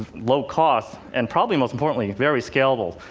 low-cost, and probably most importantly, very scalable.